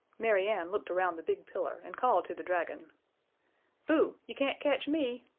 mary ann looked around the big pillar and called to the dragon bo! you can't catch me,